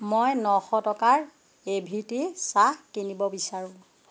মই নশ টকাৰ এ ভি টি চাহ কিনিব বিচাৰোঁ